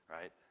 right